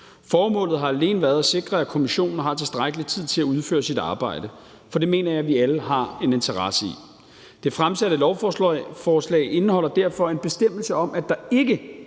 Formålet har alene været at sikre, at kommissionen har tilstrækkelig tid til at udføre sit arbejde. For det mener jeg vi alle har en interesse i. Det fremsatte lovforslag indeholder derfor en bestemmelse om, at der ikke